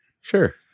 Sure